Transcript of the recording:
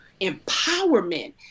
empowerment